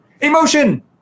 Emotion